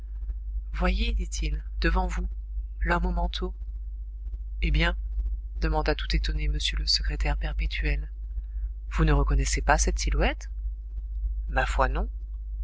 voyez dit-il devant vous l'homme au manteau eh bien demanda tout étonné m le secrétaire perpétuel vous ne reconnaissez pas cette silhouette ma foi non